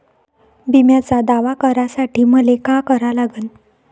बिम्याचा दावा करा साठी मले का करा लागन?